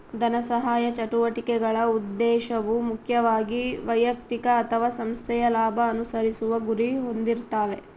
ಧನಸಹಾಯ ಚಟುವಟಿಕೆಗಳ ಉದ್ದೇಶವು ಮುಖ್ಯವಾಗಿ ವೈಯಕ್ತಿಕ ಅಥವಾ ಸಂಸ್ಥೆಯ ಲಾಭ ಅನುಸರಿಸುವ ಗುರಿ ಹೊಂದಿರ್ತಾವೆ